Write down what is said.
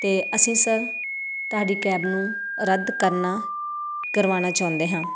ਅਤੇ ਅਸੀਂ ਸਰ ਤੁਹਾਡੀ ਕੈਬ ਨੂੰ ਰੱਦ ਕਰਨਾ ਕਰਵਾਉਣਾ ਚਾਹੁੰਦੇ ਹਾਂ